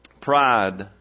Pride